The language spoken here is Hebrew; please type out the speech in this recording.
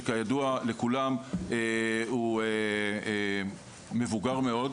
שכידוע לכולם הוא מבוגר מאוד.